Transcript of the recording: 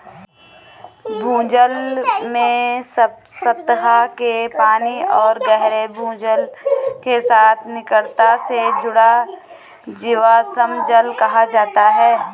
भूजल में सतह के पानी और गहरे भूजल के साथ निकटता से जुड़ा जीवाश्म जल कहा जाता है